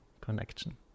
connection